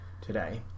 today